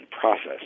process